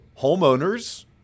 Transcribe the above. homeowners